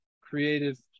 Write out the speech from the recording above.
creative